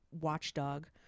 watchdog